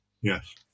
Yes